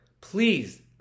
Please